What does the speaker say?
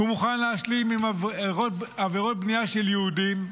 הוא מוכן להשלים עם עבירות בנייה של יהודים,